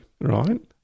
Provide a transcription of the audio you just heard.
Right